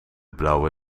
blauwe